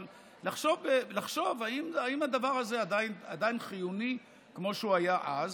לחשוב אם הדבר הזה עדיין חיוני כמו שהוא היה אז.